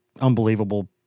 unbelievable